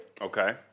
Okay